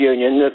Union